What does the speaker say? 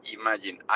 imagine